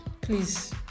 Please